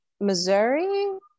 missouri